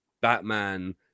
Batman